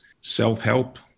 self-help